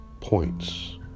points